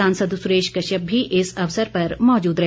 सासंद सुरेश कश्यप भी इस अवसर पर मौजूद रहे